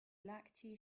black